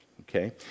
Okay